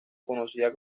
conocida